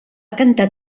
cantar